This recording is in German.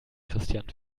christian